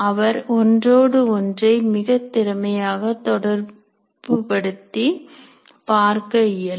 அவர் ஒன்றோடு ஒன்றை மிகத் திறமையாக தொடர்புபடுத்தி பார்க்க இயலும்